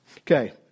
Okay